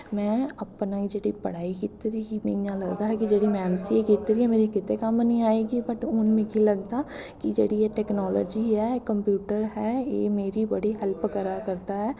में अपनी जेह्ड़ी पढ़ाई कीती दी ही मिगी इ'यां लगदा हा जेह्ड़ी में ऐम सी ए कीती दी मेरी किते कम्म निं आएगी बट हून मिगी लगदा कि जेह्ड़ी एह् टैकनालजी ऐ एह् कंप्यूटर है एह् मेरी बड़ी हैल्प करा करदा ऐ